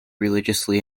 religiously